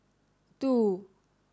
two